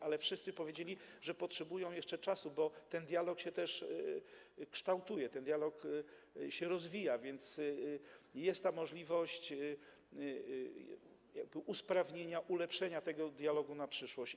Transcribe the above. Ale wszyscy powiedzieli, że jeszcze potrzebują czasu, bo ten dialog też się kształtuje, ten dialog się rozwija, więc jest możliwość usprawnienia, ulepszenia tego dialogu na przyszłość.